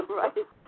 right